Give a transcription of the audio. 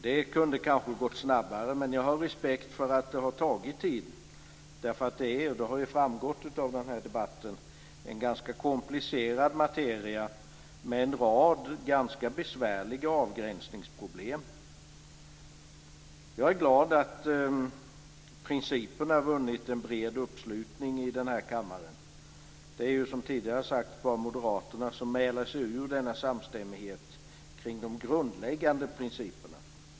Det kunde kanske ha gått snabbare, men jag har respekt för att det har tagit tid. Det är - och det har ju framgått av den här debatten - en ganska komplicerad materia med en rad ganska besvärliga avgränsningsproblem. Jag är glad att principerna vunnit en bred uppslutning här i kammaren. Det är ju, som tidigare har sagts, bara Moderaterna som mäler sig ur denna samstämmighet kring de grundläggande principerna.